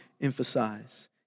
emphasize